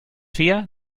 fia